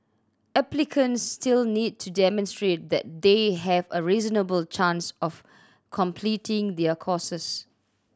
applicants still need to demonstrate that they have a reasonable chance of completing their courses